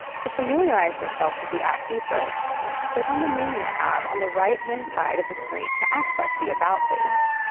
to familiarize yourself with the app features click on the menu tab on the right hand side of the screen to access the about page